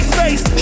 face